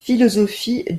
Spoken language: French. philosophie